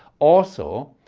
also,